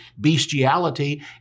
bestiality